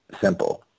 simple